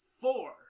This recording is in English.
four